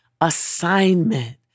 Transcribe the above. assignment